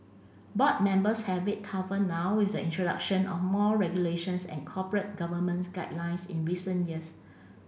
board members have it tougher now with the introduction of more regulations and corporate governments guidelines in recent years